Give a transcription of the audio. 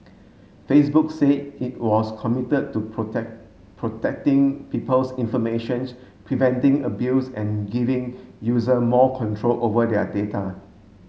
Facebook say it was committed to protect protecting people's informations preventing abuse and giving user more control over their data